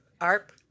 ARP